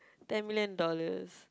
ten million dollars